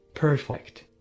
Perfect